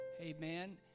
amen